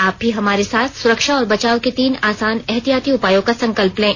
आप भी हमारे साथ सुरक्षा और बचाव के तीन आसान एहतियाती उपायों का संकल्प लें